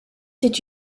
did